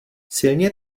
silně